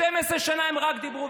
12 שנה הם רק דיברו,